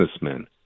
businessmen